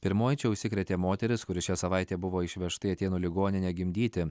pirmoji čia užsikrėtė moteris kuri šią savaitę buvo išvežta į atėnų ligoninę gimdyti